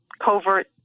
covert